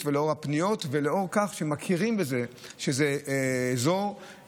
ולאור הפניות ולאור זה שמכירים בזה שזה אזור,